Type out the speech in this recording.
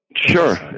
Sure